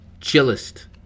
Chillest